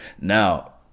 Now